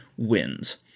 wins